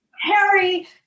Harry